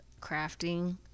crafting